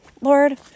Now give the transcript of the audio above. Lord